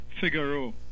Figaro